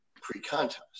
pre-contest